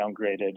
downgraded